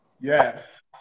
yes